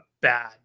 bad